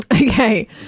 Okay